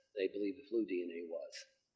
they believed the flu dna was.